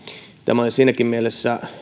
tämä on siinäkin mielessä